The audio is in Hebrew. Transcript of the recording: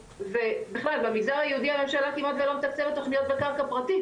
ובכלל במגזר היהודי הממשלה כמעט ולא מתקצבת תוכניות בקרקע פרטית,